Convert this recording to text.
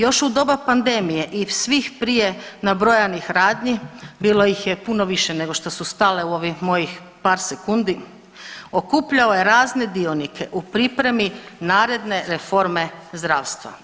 Još u doba pandemije i svih prije nabrojanih radnji bilo ih je puno više nego što su stale u ovih mojih par sekundi, okupljao je razne dionike u pripremi naredne reforme zdravstva.